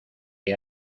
que